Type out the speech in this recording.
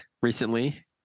recently